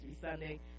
Sunday